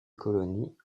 colonies